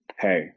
hey